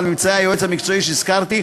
ועל ממצאי היועץ המקצועי שהזכרתי,